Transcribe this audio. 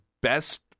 best